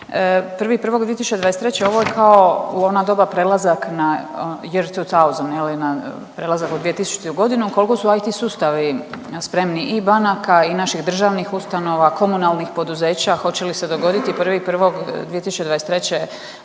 1.1.2023. ovo je kao u ona doba prelazak na year two thousand ili na prelazak u 2000.g. koliko su IT spremni i banaka i naših državnih ustanova, komunalnih poduzeća? Hoće li se dogoditi 1.1.2023.